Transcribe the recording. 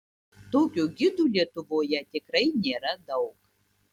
tokių gidų lietuvoje tikrai nėra daug